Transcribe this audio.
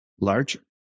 larger